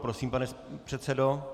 Prosím, pane předsedo.